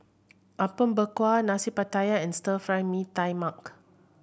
Apom Berkuah Nasi Pattaya and Stir Fry Mee Tai Mak